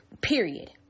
Period